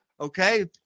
Okay